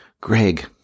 Greg